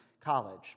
College